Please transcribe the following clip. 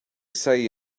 say